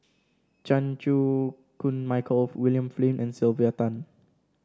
Chan Chew Koon Michael William Flint and Sylvia Tan